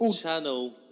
channel